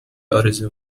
آرزو